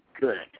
good